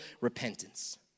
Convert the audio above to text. repentance